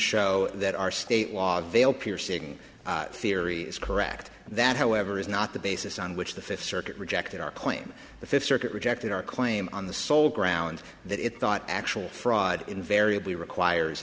show that our state law gail piercing theory is correct that however is not the basis on which the fifth circuit rejected our claim the fifth circuit rejected our claim on the sole grounds that it thought actual fraud invariably requires